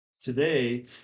today